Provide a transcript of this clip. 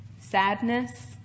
sadness